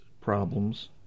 problems